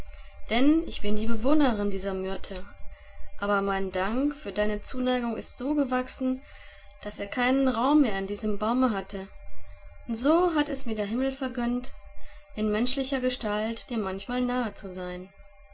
denn ich bin die bewohnerin dieser myrte aber mein dank für deine zuneigung ist so gewachsen daß er keinen raum mehr in diesem baume hatte und so hat es mir der himmel vergönnt in menschlichen gestalt dir manchmal nahezusein der prinz